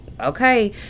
okay